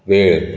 वेळ